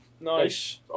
Nice